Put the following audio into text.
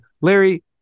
Larry